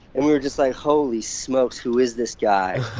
and we were just like, holy smokes. who is this guy?